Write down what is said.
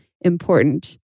important